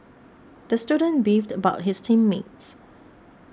the student beefed about his team mates